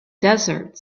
desert